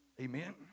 Amen